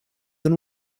than